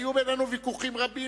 היו בינינו ויכוחים רבים,